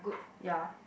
ya